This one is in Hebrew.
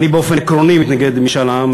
אני באופן עקרוני מתנגד למשאל עם.